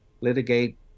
litigate